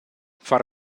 far